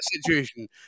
situation